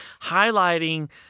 highlighting